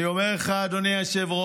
אני אומר לך, אדוני היושב-ראש,